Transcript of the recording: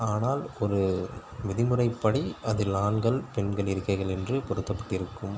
ஆனால் ஒரு விதிமுறைப்படி அதில் ஆண்கள் பெண்கள் இருக்கைகள் என்று பொருத்தப்பட்டிருக்கும்